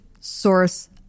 source